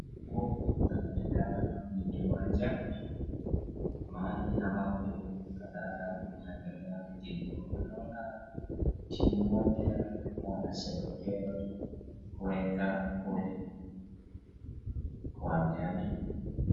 Huku inaonekana ni kiwanja mahali ambapo kandanda unaendelea kuchezwa. Naona timu moja wanasherehekea kuweka goli kiwanjani.